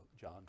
John